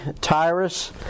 Tyrus